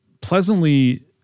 pleasantly